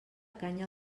canya